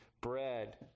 bread